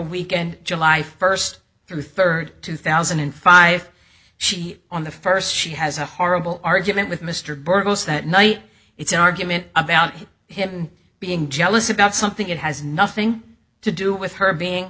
weekend july first through third two thousand and five she on the first she has a horrible argument with mr burgos that night it's an argument about him being jealous about something it has nothing to do with her being